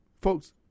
Folks